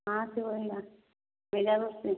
कहाँ से हो भैया फ़ैज़ाबाद से